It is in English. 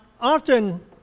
often